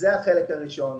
זה החלק הראשון.